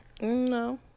No